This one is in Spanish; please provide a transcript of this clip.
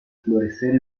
florecer